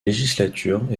législature